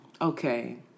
okay